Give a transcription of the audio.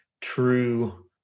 true